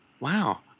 wow